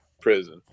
prison